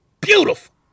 beautiful